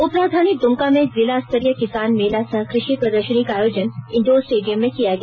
उपराजधानी द्मका में जिला स्तरीय किसान मेला सह क्रषि प्रदर्शनी का आयोजन इंडोर स्टेडियम में किया गया